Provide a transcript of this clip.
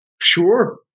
Sure